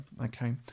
Okay